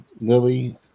Lily